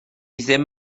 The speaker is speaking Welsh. ddim